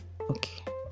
Okay